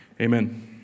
amen